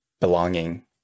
belonging